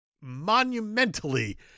monumentally